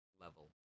level